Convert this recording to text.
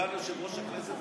סגן יושב-ראש הכנסת,